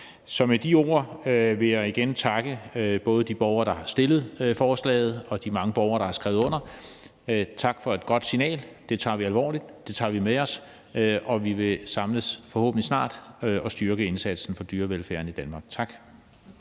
Så med de ord vil jeg igen takke både de borgere, der har stillet forslaget, og de mange borgere, der har skrevet under på det. Tak for et godt signal. Det tager vi alvorligt, det tager vi med os, og vi vil forhåbentlig snart samles og styrke indsatsen for dyrevelfærden i Danmark. Tak.